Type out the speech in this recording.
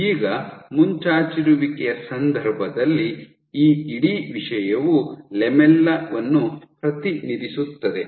ಈಗ ಮುಂಚಾಚಿರುವಿಕೆಯ ಸಂದರ್ಭದಲ್ಲಿ ಈ ಇಡೀ ವಿಷಯವು ಲ್ಯಾಮೆಲ್ಲಾ ವನ್ನು ಪ್ರತಿನಿಧಿಸುತ್ತದೆ